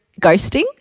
ghosting